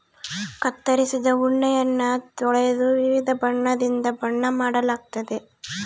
ಕತ್ತರಿಸಿದ ಉಣ್ಣೆಯನ್ನ ತೊಳೆದು ವಿವಿಧ ಬಣ್ಣದಿಂದ ಬಣ್ಣ ಮಾಡಲಾಗ್ತತೆ